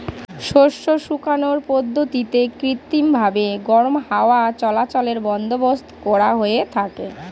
শস্য শুকানোর পদ্ধতিতে কৃত্রিমভাবে গরম হাওয়া চলাচলের বন্দোবস্ত করা হয়ে থাকে